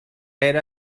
غیر